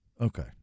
okay